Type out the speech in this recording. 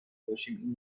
باشیم